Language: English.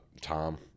Tom